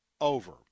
over